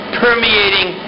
permeating